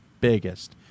biggest